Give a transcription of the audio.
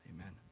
Amen